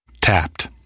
Tapped